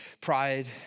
Pride